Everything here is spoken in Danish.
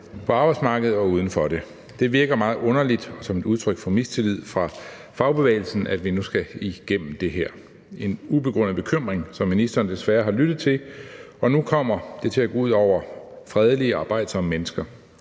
på arbejdsmarkedet og uden for det. Det virker meget underligt og som et udtryk for mistillid fra fagbevægelsen, at vi nu skal igennem det her. Det er en ubegrundet bekymring, som ministeren desværre har lyttet til, og nu kommer det til at gå ud over fredelige og arbejdsomme mennesker.